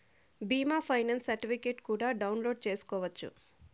బీమా ఫైనాన్స్ సర్టిఫికెట్లు కూడా డౌన్లోడ్ చేసుకోవచ్చు